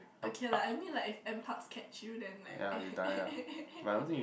okay lah I mean like if N-Parks catch you then like